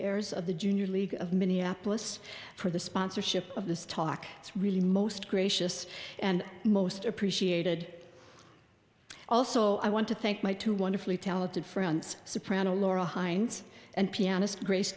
heirs of the junior league of minneapolis for the sponsorship of this talk it's really most gracious and most appreciated also i want to thank my two wonderfully talented friends soprano laura hines and pianist grace